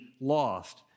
lost